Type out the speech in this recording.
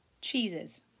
Cheeses